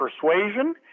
persuasion